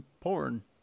porn